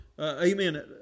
amen